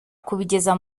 kubigeza